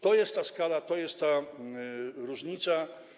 To jest ta skala, to jest ta różnica.